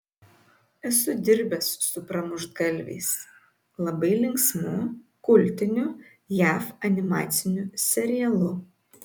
esu dirbęs su pramuštgalviais labai linksmu kultiniu jav animaciniu serialu